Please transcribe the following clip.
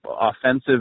offensive